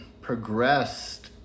progressed